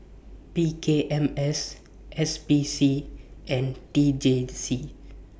P K M S S P C and T J C